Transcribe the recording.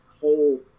whole